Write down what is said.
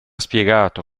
spiegato